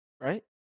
right